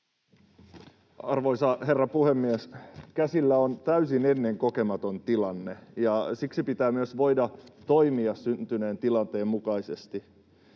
Arvoisa herra puhemies! Käsillä on täysin ennenkokematon tilanne, ja siksi pitää myös voida toimia syntyneen tilanteen mukaisesti.